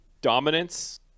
dominance